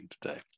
today